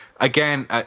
Again